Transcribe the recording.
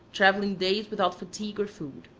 traveling days without fatigue or food.